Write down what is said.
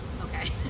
Okay